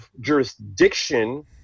jurisdiction